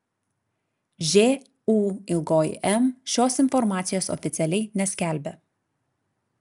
žūm šios informacijos oficialiai neskelbia